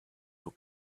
will